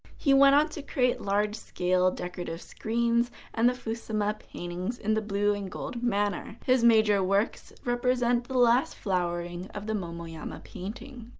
he went on to create large-scale, decorative screens and fusuma paintings in the blue-and-gold manner. his major works represent the last flowering of the momoyama painting.